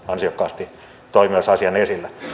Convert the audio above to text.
ansiokkaasti myös toi asian esille